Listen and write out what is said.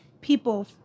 people